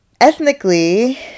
Ethnically